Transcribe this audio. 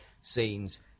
scenes